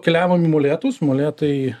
keliavom į molėtus molėtai